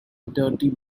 dirty